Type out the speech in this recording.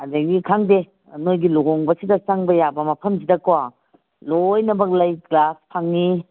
ꯑꯗꯒꯤ ꯈꯪꯗꯦ ꯅꯣꯏꯒꯤ ꯂꯨꯍꯣꯡꯕꯁꯤꯗ ꯆꯪꯕ ꯌꯥꯕ ꯃꯐꯝꯁꯤꯗꯀꯣ ꯂꯣꯏꯅꯃꯛ ꯂꯩ ꯒ꯭ꯂꯥꯁ ꯐꯪꯉꯤ